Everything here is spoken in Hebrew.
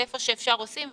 זה איפה שאפשר עושים,